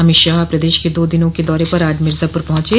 अमित शाह प्रदेश के दो दिनों के दौरे पर आज मिर्जापुर पहुंचे